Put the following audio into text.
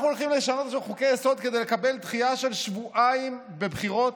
אנחנו הולכים לשנות עכשיו חוקי-יסוד כדי לקבל דחייה של שבועיים בבחירות?